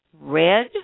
Red